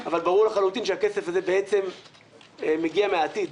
אבל ברור לחלוטין שהכסף הזה בעצם מגיע מהעתיד.